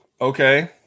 Okay